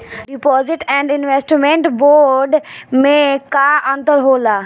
Deposit and investment bond मे का अंतर होला?